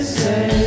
say